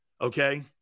Okay